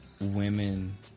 Women